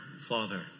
Father